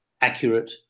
accurate